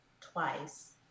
twice